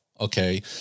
Okay